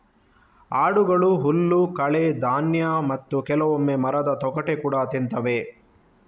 ಆಡುಗಳು ಹುಲ್ಲು, ಕಳೆ, ಧಾನ್ಯ ಮತ್ತೆ ಕೆಲವೊಮ್ಮೆ ಮರದ ತೊಗಟೆ ಕೂಡಾ ತಿಂತವೆ